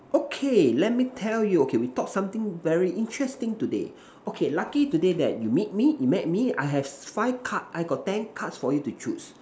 okay let me tell you okay we talk something very interesting today okay lucky today that you meet me you met I have five card I got ten cards for you to choose